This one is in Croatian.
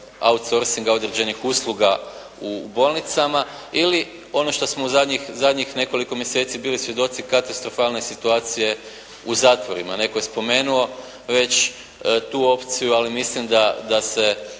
"out sourcing-a" određenih usluga u bolnicama ili ono što smo u zadnjih nekoliko mjeseci bili svjedoci katastrofalne situacije u zatvorima, netko je spomenuo već tu opciju, ali mislim da se